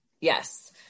Yes